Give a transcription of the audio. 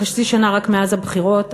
חצי שנה רק מאז הבחירות,